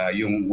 yung